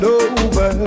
over